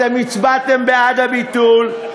אתם הצבעתם בעד הביטול.